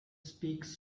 speaks